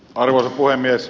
arvoisa puhemies